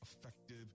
effective